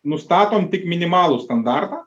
nustatom tik minimalų standartą